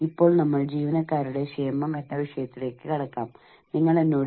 ഇന്ന് നമ്മൾ ജീവനക്കാരുടെ ആരോഗ്യത്തെ കുറിച്ചാണ് സംസാരിക്കാൻ പോകുന്നത്